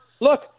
look